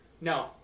No